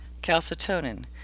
Calcitonin